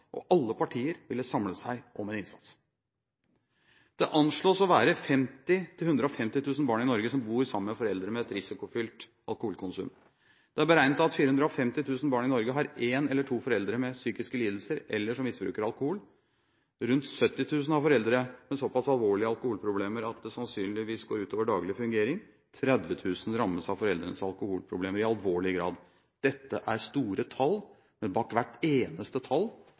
og alle partier ville samlet seg til innsats. Det anslås å være 50 000 til 150 000 barn i Norge som bor sammen med foreldre med et risikofylt alkoholkonsum. Det er beregnet at 450 000 barn i Norge har en eller to foreldre med psykiske lidelser eller som misbruker alkohol. Rundt 70 000 har foreldre med såpass alvorlige alkoholproblemer at det sannsynligvis går ut over daglig fungering. 30 000 barn rammes av foreldrenes alkoholproblemer i alvorlig grad. Dette er store tall, og bak hvert eneste tall